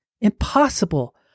Impossible